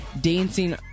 dancing